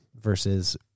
versus